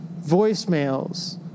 voicemails